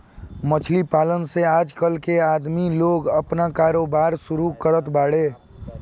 मछली पालन से आजकल के आदमी लोग आपन कारोबार शुरू करत बाड़े